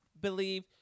believe